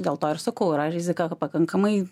dėl to ir sakau yra rizika pakankamai